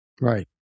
right